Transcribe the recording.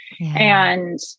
And-